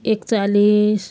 एक्चालिस